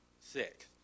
Six